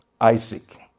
Isaac